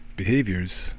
Behaviors